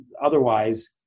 otherwise